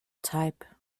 type